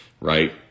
right